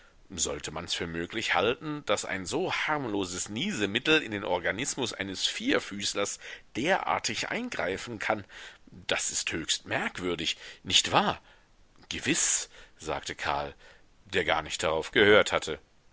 sollte mans für möglich halten daß ein so harmloses niesemittel in den organismus eines vierfüßlers derartig eingreifen kann das ist höchst merkwürdig nicht wahr gewiß sagte karl der gar nicht darauf gehört hatte